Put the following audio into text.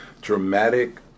dramatic